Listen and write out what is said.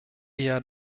eher